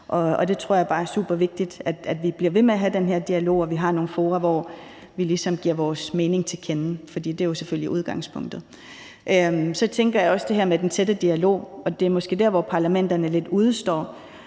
det er super vigtigt, at vi bliver ved med at have den her dialog, og at vi har nogle fora, hvor vi ligesom giver vores mening til kende, for det er jo selvfølgelig udgangspunktet. Så tænker jeg også på det her med den tætte dialog, og det er måske der, hvor parlamenterne lidt udestår.